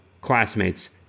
classmates